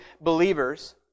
believers